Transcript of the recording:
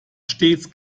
stets